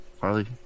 Harley